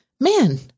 man